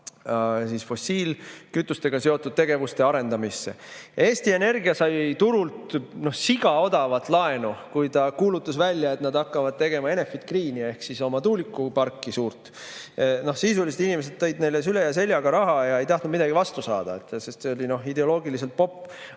raha fossiilkütustega seotud tegevuste arendamisse. Eesti Energia sai turult sigaodavat laenu, kui ta kuulutas välja, et nad hakkavad tegema Enefit Greeni ehk oma suurt tuulikuparki. Sisuliselt inimesed tõid neile süle ja seljaga raha ega tahtnud midagi vastu saada, sest see oli ideoloogiliselt popp.